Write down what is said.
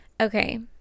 Okay